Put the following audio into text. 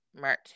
Mert